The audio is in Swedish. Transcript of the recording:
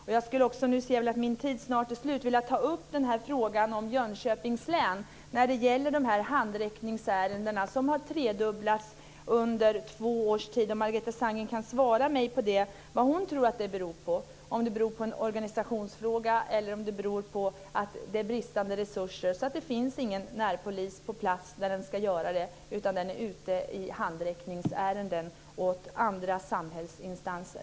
Min talartid är snart slut, men jag vill också ta upp frågan att antalet handräckningsärenden på två år har trefaldigats i Jönköpings län. Kan Margareta Sandgren svara på om hon tror att det är en organisationsfråga eller beror på bristande resurser, dvs. på att det inte finns någon närpolis på plats när den skulle behöva ingripa, eftersom den är ute i handräckningsärenden för andra samhällsinstanser.